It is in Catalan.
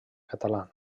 catalana